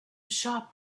shop